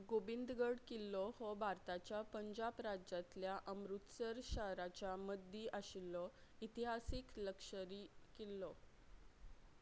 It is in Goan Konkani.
गोबिंदगढ किल्लो हो भारताच्या पंजाब राज्यांतल्या अमृतसर शाराच्या मदीं आशिल्लो इतिहासीक लक्षरी किल्लो